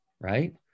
right